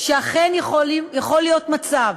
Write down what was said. שאכן יכול להיות מצב